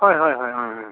হয় হয় হয় অঁ অঁ